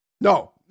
No